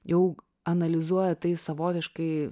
jau analizuoja tai savotiškai